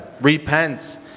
Repent